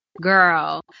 Girl